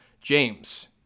James